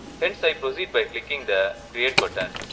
hence i proceed by clicking the create button.